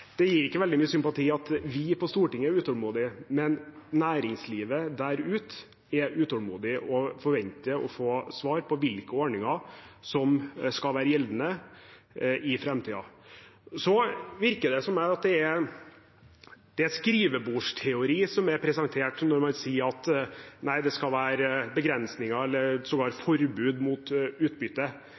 gir ikke veldig mye sympati at vi på Stortinget er utålmodige, men næringslivet der ute er utålmodig og forventer å få svar på hvilke ordninger som skal være gjeldende i framtiden. Det virker på meg som at det er skrivebordsteori som er presentert når man sier at det skal være begrensninger eller forbud mot utbytte.